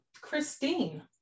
Christine